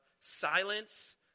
silence